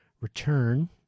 return